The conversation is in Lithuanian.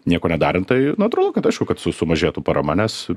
nieko nedarant tai natūralu kad aišku kad su sumažėtų parama nes